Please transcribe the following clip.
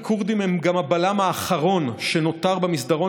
הכורדים הם גם הבלם האחרון שנותר במסדרון